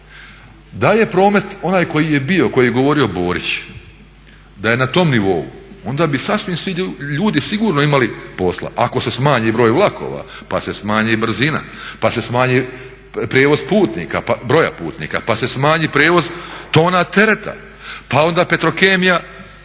Da je promet onaj koji je bio, koji je govorio Borić, da je na tom nivou onda bi sasvim svi ljudi sigurno imali posla ako se smanji broj vlakova pa se smanji brzina, pa se smanji prijevoz broja putnika, pa se smanji prijevoz tona tereta pa onda Petrokemije,